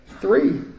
three